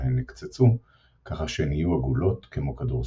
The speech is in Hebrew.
שלהן נקצצו ככה שהן יהיו עגלות כמו כדורסל.